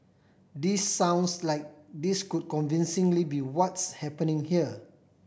this sounds like this could convincingly be what's happening here